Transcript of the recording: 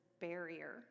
barrier